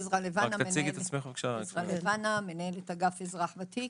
עזרא לבנה, מנהלת אגף אזרח ותיק.